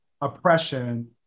oppression